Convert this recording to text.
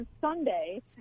Sunday